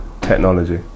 technology